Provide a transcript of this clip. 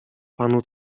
panu